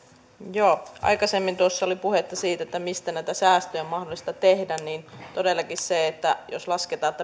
kun aikaisemmin tuossa oli puhetta siitä mistä näitä säästöjä on mahdollista tehdä niin todellakin sehän että pelkkiä henkilötyövuosia vähennetään ei